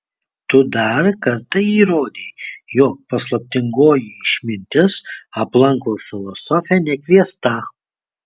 tu dar kartą įrodei jog paslaptingoji išmintis aplanko filosofę nekviesta